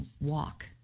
walk